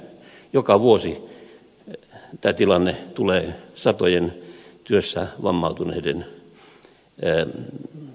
joka vuosi tämä tilanne tulee satojen työssä vammautuneiden eteen